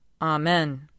Amen